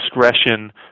discretion